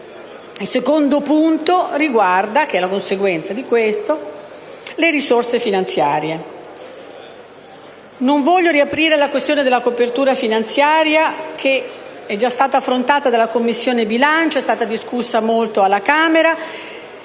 Il secondo punto, che è la conseguenza di questo, riguarda le risorse finanziarie. Non voglio riaprire la questione della copertura finanziaria, che è stata già affrontata dalla Commissione bilancio e discussa ampiamente alla Camera.